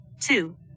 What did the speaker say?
Two